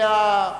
ובכן,